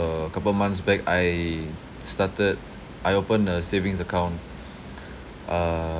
~a couple months back I started I opened a savings account uh